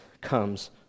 comes